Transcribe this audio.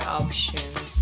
options